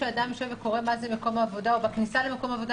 כשאדם יושב וקורא מה זה מקום עבודה או בכניסה למקום עבודה,